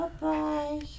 Bye